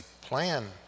plan